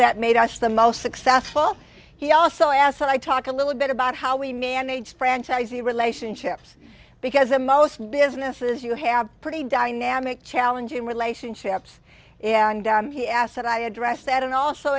that made us the most successful he also asked that i talk a little bit about how we manage franchisee relationships because the most business is you have pretty dynamic challenging relationships and he asked that i address that and also